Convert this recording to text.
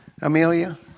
Amelia